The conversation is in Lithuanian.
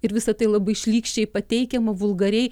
ir visa tai labai šlykščiai pateikiama vulgariai